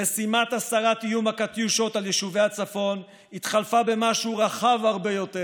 שמשימת הסרת איום הקטיושות על יישובי הצפון התחלפה במשהו רחב הרבה יותר,